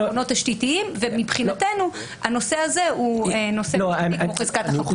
עקרונות תשתיתיים ומבחינתנו הנושא הזה הוא נושא של חזקת החפות.